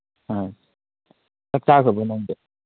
ꯑꯥ ꯆꯥꯛ ꯆꯥꯈ꯭ꯔꯕꯣ ꯅꯪꯗꯤ